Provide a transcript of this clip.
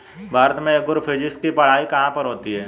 भारत में एग्रोफिजिक्स की पढ़ाई कहाँ पर होती है?